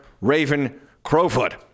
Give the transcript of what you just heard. Raven-Crowfoot